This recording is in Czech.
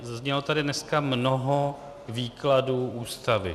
Zaznělo tady dneska mnoho výkladů Ústavy.